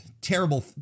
terrible